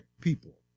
people